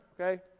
okay